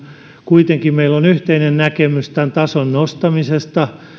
kuitenkin meillä on yhteinen näkemys tästä tason nostamisesta